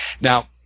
Now